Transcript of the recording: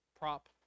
prop